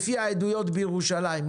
לפי העדויות בירושלים,